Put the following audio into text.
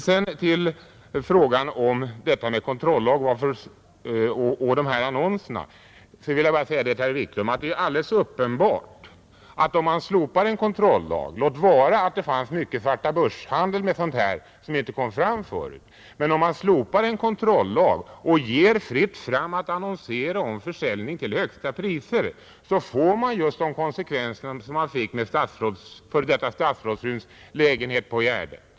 Beträffande kontrollagen och frågan om annonserna vill jag bara säga till herr Wiklund att det är alldeles uppenbart att om man slopar en kontrollag — låt vara att det även förr pågick en stor svartabörshandel med lägenheter, som då inte kom fram — och tillåter en fri annonsering om försäljning till högsta priser, får man just de konsekvenser som man fick beträffande f. d. statsrådsfruns lägenhet på Gärdet.